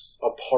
apart